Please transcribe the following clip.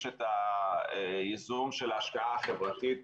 יש את היישום של ההשקעה החברתית,